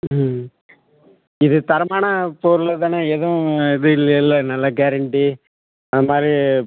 ம் இது தரமான பொருள் தானே எதுவும் இது இல்லைல்ல நல்ல கேரண்டி அது மாதிரி